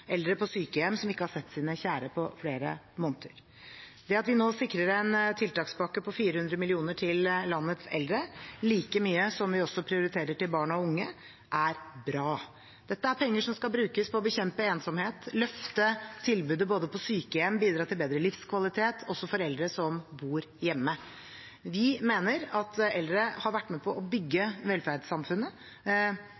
eldre på sykehjem som ikke har sett sine kjære på flere måneder. Det at vi nå sikrer en tiltakspakke på 400 mill. kr til landets eldre, like mye som vi også prioriterer til barn og unge, er bra. Dette er penger som skal brukes på å bekjempe ensomhet og løfte tilbudet på sykehjem, samt bidra til bedre livskvalitet også for eldre som bor hjemme. Vi mener at eldre har vært med på å